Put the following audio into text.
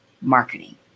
marketing